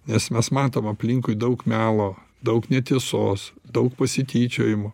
nes mes matom aplinkui daug melo daug netiesos daug pasityčiojimų